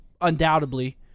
undoubtedly